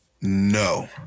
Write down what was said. No